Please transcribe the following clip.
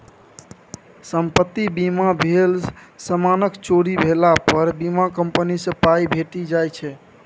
संपत्ति बीमा भेल समानक चोरी भेला पर बीमा कंपनी सँ पाइ भेटि जाइ छै